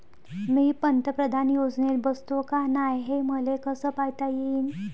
मी पंतप्रधान योजनेत बसतो का नाय, हे मले कस पायता येईन?